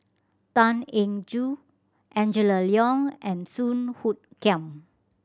Tan Eng Joo Angela Liong and Song Hoot Kiam